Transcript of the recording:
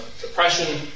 depression